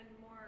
more